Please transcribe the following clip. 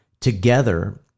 together